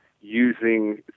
using